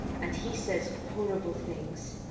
and he says horrible things.